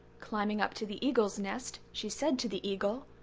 climbing up to the eagle's nest she said to the eagle,